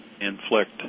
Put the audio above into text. inflict